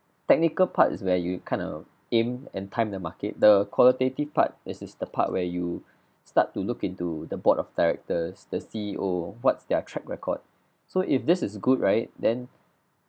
technical part is where you kind of aim and time the market the qualitative part is is the part where you start to look into the board of directors the C_E_O what's their track record so if this is good right then